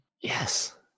Yes